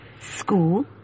school